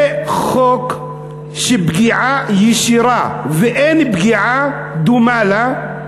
זה חוק של פגיעה ישירה, ואין פגיעה דומה לה,